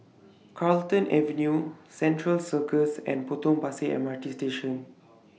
Carlton Avenue Central Circus and Potong Pasir M R T Station